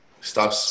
stop